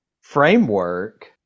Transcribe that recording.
framework